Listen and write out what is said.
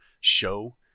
show